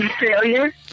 Failure